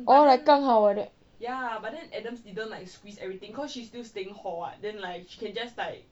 orh like 刚好 like that